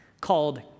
called